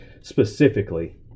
specifically